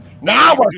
Now